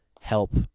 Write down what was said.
help